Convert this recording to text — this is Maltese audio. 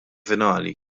finali